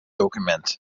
dokumint